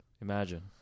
Imagine